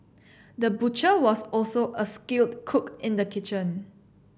the butcher was also a skilled cook in the kitchen